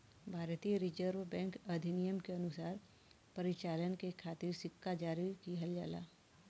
भारतीय reserve bank अधिनियम के अनुसार परिचालन के खातिर सिक्का जारी किहल जाला